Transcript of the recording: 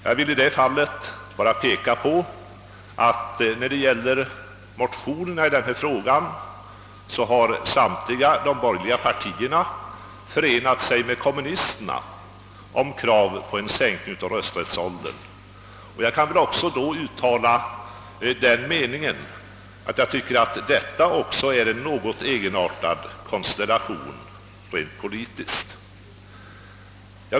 Jag vill peka på att samtliga de borgerliga partierna har förenat sig med kommunisterna i motionskrav på en sänkning av rösträttsåldern. Detta är enligt min mening också en något egenartad konstellation, rent politiskt sett.